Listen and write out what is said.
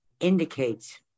Indicates